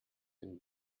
dem